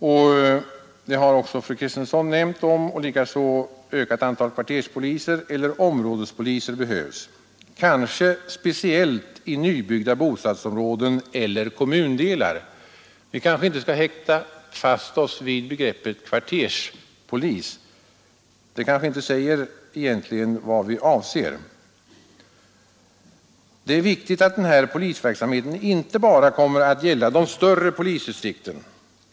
Detta har också fru Kristensson nämnt, likaså att ett ökat antal kvarterspoliser eller områdespoliser behövs, kanske speciellt i nybyggda bostadsområden eller nya kommundelar. Vi bör emellertid inte haka oss fast vid begreppet kvarterspolis; det kanske inte täcker vad vi egentligen avser. Det är viktigt att den här polisverksamheten inte bara kommer att gälla de större polisdistrikten.